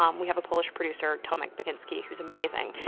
um we have a polish producer tomasz baginski who's amazing,